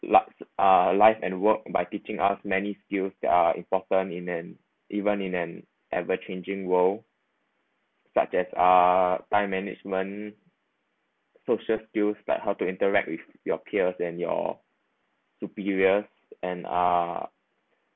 lux uh life and work by teaching us many skills that are important in an even in an ever changing world such as uh time management social skills like how to interact with your peers and your superior and uh